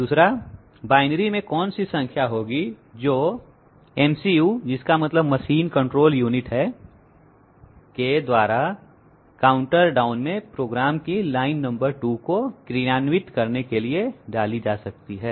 दूसरा बायनरी में कौन सी संख्या होगी जो MCU इसका मतलब मशीन कंट्रोल यूनिट है के द्वारा काउंटर डाउन में प्रोग्राम की लाइन नंबर 2 को क्रियान्वित करने के लिए डाली जा सकती है